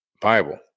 Bible